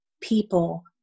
people